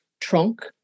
trunk